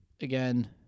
again